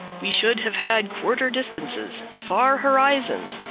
we should have had quarter distances, far horizons,